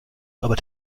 aber